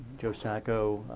joe sacco,